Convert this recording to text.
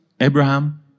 Abraham